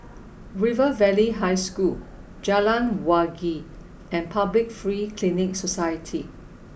River Valley High School Jalan Wangi and Public Free Clinic Society